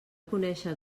conèixer